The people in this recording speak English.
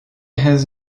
has